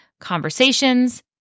conversations